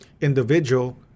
individual